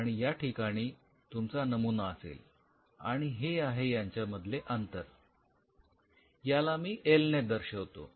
आणि या ठिकाणी तुमचा नमुना असेल आणि हे आहे यांच्या मधले अंतर याला मी एल ने दर्शवतो